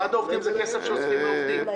המתנה מוועד העובדים זה מכסף שאוספים מהעובדים.